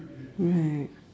right